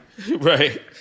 Right